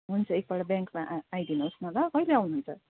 हुन्छ एकपल्ट ब्याङ्कमा आ आइदिनु होस् न ल कहिले आउनुहुन्छ